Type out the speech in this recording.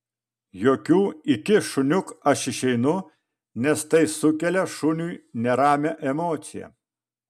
jokių iki šuniuk aš išeinu nes tai sukelia šuniui neramią emociją